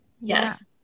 Yes